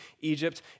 Egypt